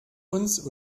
uns